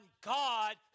God